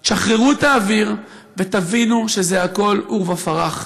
תשחררו את האוויר ותבינו שזה הכול עורבא פרח.